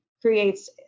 creates